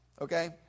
okay